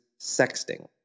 sexting